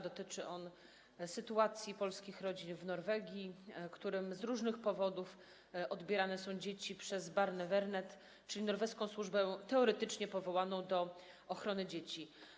Dotyczy on sytuacji polskich rodzin w Norwegii, którym z różnych powodów odbierane są dzieci przez Barnevernet, czyli norweską służbę teoretycznie powołaną do ochrony dzieci.